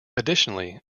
additionally